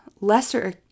lesser